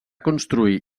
construir